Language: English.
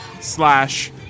slash